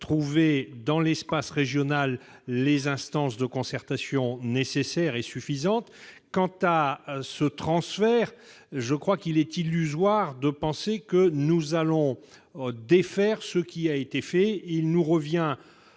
trouver, dans l'espace régional, les instances de concertation nécessaires et suffisantes. Quant à ce transfert, je crois qu'il est illusoire de penser que nous allons défaire ce qui a été fait. Il nous revient,